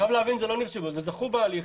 זה לא נרשמו, זה זכו בהליך.